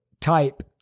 type